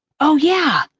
oh yeah,